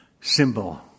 symbol